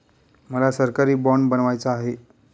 मला सरकारी बाँड बनवायचा आहे